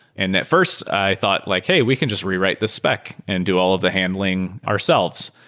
and at first, i thought like, hey, we can just rewrite this spec and do all of the handling ourselves.